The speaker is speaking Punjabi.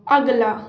ਅਗਲਾ